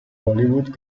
hollywood